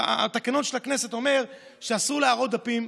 התקנון של הכנסת אומר שאסור להראות דפים,